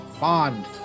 bond